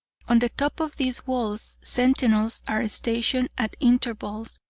on the top of these walls, sentinels are stationed at intervals,